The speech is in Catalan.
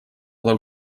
del